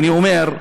אני אומר,